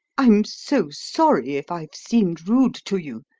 i'm so sorry if i've seemed rude to you!